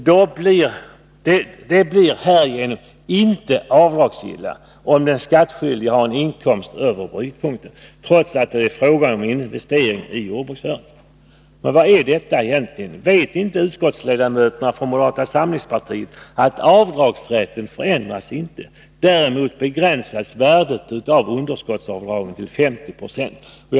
De blir härigenom inte avdragsgilla — om den skattskyldige har en inkomst över brytpunkten — trots att det är fråga om en investering i jordbruksrörelsen.” Men vad är detta egentligen? Vet inte utskottsledamöterna från moderata samlingspartiet att avdragsrätten inte förändras? Däremot begränsas värdet av underskottsavdragen till 50 96.